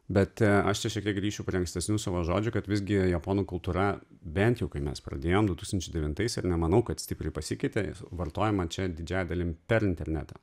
bet aš čia šiek tiek grįšiu prie ankstesnių savo žodžių kad visgi japonų kultūra bent jau kai mes pradėjom du tūkstančiai devintais ir nemanau kad stipriai pasikeitė ir vartojima čia didžia dalim per internetą